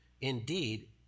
Indeed